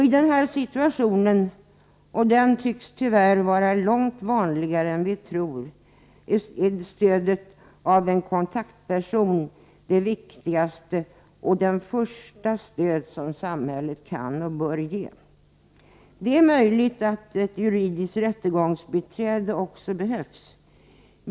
I denna situation — och den tycks tyvärr vara långt vanligare än vi tror — är stödet från en kontaktperson det viktigaste och första bistånd som samhället kan ge. Det är möjligt att ett juridiskt rättegångsbiträde också behövs.